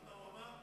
שמעת מה הוא אמר?